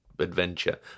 adventure